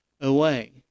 away